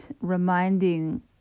reminding